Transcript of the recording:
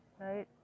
right